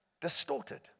distorted